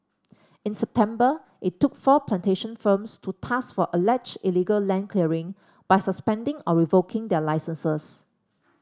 in September it took four plantation firms to task for alleged illegal land clearing by suspending or revoking their licences